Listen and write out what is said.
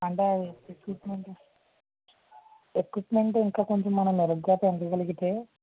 అంటే అవి equipment equipment ఇంకా కొంచెం మనం మెరుగ్గా పెంచకలిగితే